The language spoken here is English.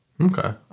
Okay